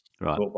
Right